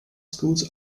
schools